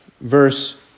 verse